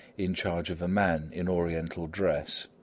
in charge of a man in oriental dress.